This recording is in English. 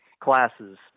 classes